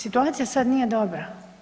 Situacija sad nije dobra.